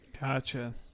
Gotcha